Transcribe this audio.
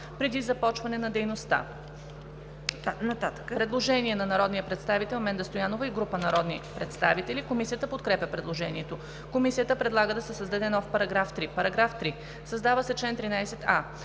преди започване на дейността.“ Предложение на Менда Стоянова и група народни представители. Комисията подкрепя предложението. Комисията предлага да се създаде нов § 3: „§ 3. Създава се чл. 13а: